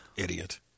idiot